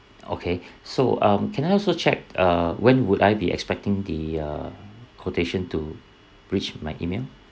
okay so um can I also check uh when would I be expecting the uh quotation to reach my email